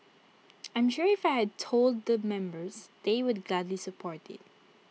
I'm sure if I had told the members they would gladly support IT